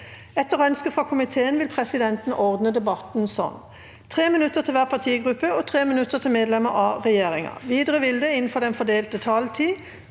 kommunikasjonskomiteen vil presidenten ordne debatten slik: 3 minutter til hver partigruppe og 3 minutter til medlemmer av regjeringen. Videre vil det – innenfor den fordelte taletid